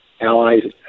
allies